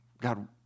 God